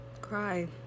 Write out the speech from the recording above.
Cry